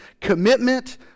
commitment